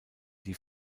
die